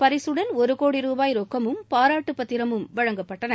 விருதுடன் ஒரு கோடி ரூபாய் ரொக்கமும் பாராட்டு பத்திரமும் வழங்கப்பட்டன